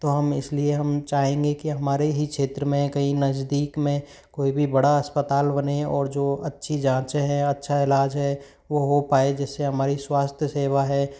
तो हम इसलिए हम चाहेंगे कि हमारे ही क्षेत्र में कहीं नजदीक में कोई भी बड़ा अस्पताल बने और जो अच्छी जाँचें है अच्छा इलाज है वो हो पाए जिससे हमारी स्वास्थ्य सेवा है